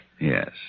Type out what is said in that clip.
Yes